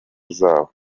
zabo